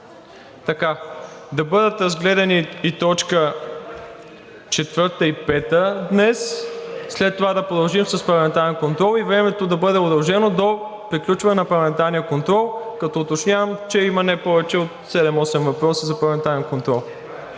да бъдат разгледани точки четвърта и пета, след това да продължим с парламентарен контрол и времето да бъде удължено до приключване на парламентарния контрол, като уточнявам, че има не повече от 7 – 8 въпроса за парламентарен контрол.